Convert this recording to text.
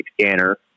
scanner